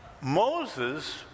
Moses